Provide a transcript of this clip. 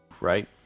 right